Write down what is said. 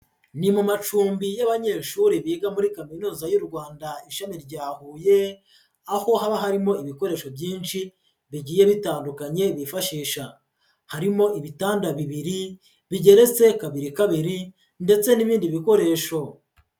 Ni mu ma cumbi y'abanyeshuri biga muri Kaminuza y'u Rwanda ishami rya Huye, aho haba harimo ibikoresho byinshi bigiye bitandukanye bifashisha. Harimo ibitanda bibiri bigeretse kabiri kabiri ndetse n'ibindi bikoresho.